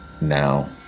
Now